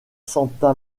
santa